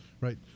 right